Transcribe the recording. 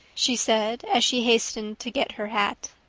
she said as she hastened to get her hat.